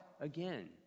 again